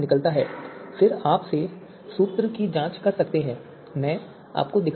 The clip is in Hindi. आप फिर से सूत्र की जांच कर सकते हैं मैं आपको दिखाता हूं